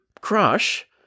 crush